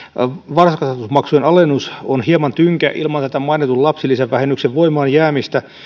varhaiskasvatusmaksujen alennus on hieman tynkä ilman tätä mainitun lapsivähennyksen voimaan jäämistä